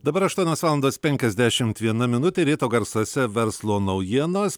dabar aštuonios valandos penkiasdešimt viena minutė ryto garsuose verslo naujienos